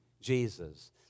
Jesus